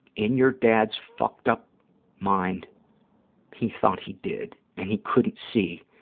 in your dad's fucked-up mind he thought he did and he couldn't see